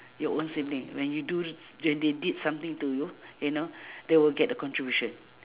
your own sibling when you do s~ when they did something to you you know they will get the contribution